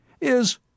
is—